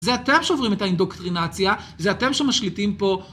זה אתם שעוברים את האינדוקטרינציה, זה אתם שמשליטים פה.